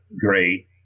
great